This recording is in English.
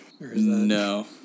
No